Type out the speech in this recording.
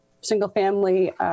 single-family